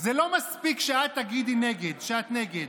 זה לא מספיק שאת תגידי שאת נגד.